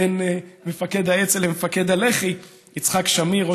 ההחלפה בין מפקד האצ"ל למפקד הלח"י יצחק שמיר,